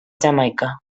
jamaica